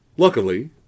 Luckily